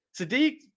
Sadiq